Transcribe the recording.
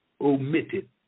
omitted